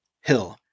Hill